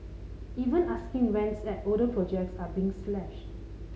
even asking rents at older projects are being slashed